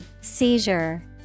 Seizure